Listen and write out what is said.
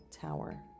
Tower